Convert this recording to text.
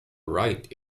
right